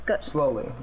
Slowly